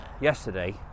yesterday